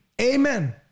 Amen